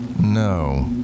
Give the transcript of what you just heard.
No